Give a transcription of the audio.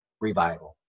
revival